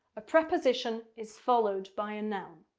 a preposition is followed by a noun.